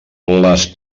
les